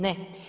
Ne.